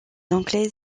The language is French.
anglais